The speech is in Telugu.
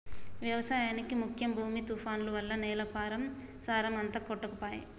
వ్యవసాయానికి ముఖ్యం భూమి తుఫాన్లు వల్ల నేల సారం అంత కొట్టుకపాయె